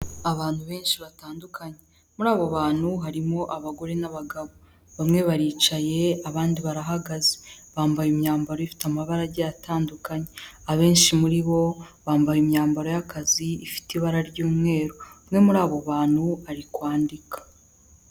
Abantu benshi batandukanye muri abo bantu harimo abagore n'abagabo bamwe baricaye abandi barahagaze bambaye imyambaro ifite amabarage atandukanye abenshi muri bo bambaye imyambaro y'akazi ifite ibara ry'umweru umwe muri abo bantu ari kwandika.